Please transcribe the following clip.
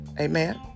Amen